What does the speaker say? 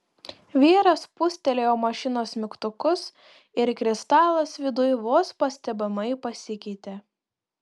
vyras spustelėjo mašinos mygtukus ir kristalas viduj vos pastebimai pasikeitė